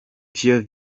vyo